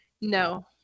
No